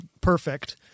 perfect